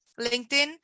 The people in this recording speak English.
LinkedIn